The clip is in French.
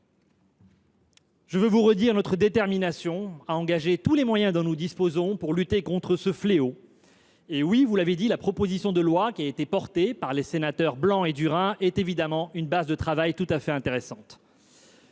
Je veux redire notre détermination à engager tous les moyens dont nous disposons pour lutter contre ce fléau. À cet égard, la proposition de loi déposée par les sénateurs Blanc et Durain constitue une base de travail tout à fait intéressante.